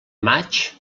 maig